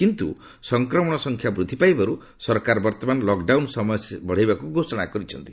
କିନ୍ତୁ ସଂକ୍ରମଣ ସଂଖ୍ୟା ବୃଦ୍ଧି ପାଇବାରୁ ସରକାର ବର୍ତ୍ତମାନ ଲକ୍ଡାଉନ୍ ସମୟ ବଢ଼ାଇବାକୁ ଘୋଷଣା କରିଛନ୍ତି